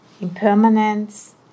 impermanence